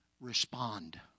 Respond